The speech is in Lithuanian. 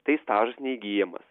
tai stažas neįgyjamas